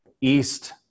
East